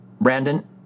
Brandon